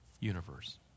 universe